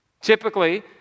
Typically